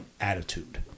attitude